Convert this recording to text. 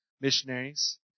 missionaries